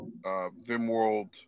Vimworld